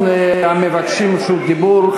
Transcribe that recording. אחרון המבקשים רשות דיבור,